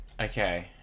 Okay